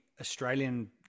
Australian